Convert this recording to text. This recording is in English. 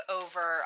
over